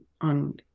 on